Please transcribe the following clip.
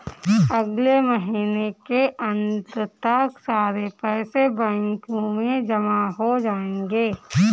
अगले महीने के अंत तक सारे पैसे बैंक में जमा हो जायेंगे